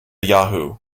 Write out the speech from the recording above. yahoo